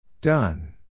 Done